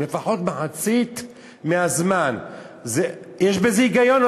תחשיב לו את זה כחמישה חודשים,